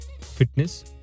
fitness